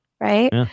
right